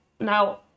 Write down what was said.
now